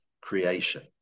creation